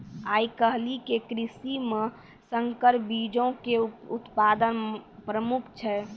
आइ काल्हि के कृषि मे संकर बीजो के उत्पादन प्रमुख छै